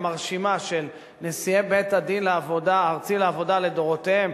המרשימה של נשיאי בית-הדין הארצי לעבודה לדורותיהם,